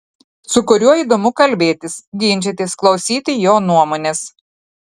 su kuriuo įdomu kalbėtis ginčytis klausyti jo nuomonės